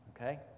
Okay